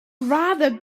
rather